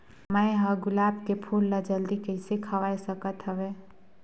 मैं ह गुलाब के फूल ला जल्दी कइसे खवाय सकथ हवे?